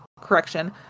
correction